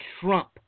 Trump